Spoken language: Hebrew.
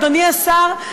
אדוני השר,